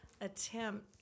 attempt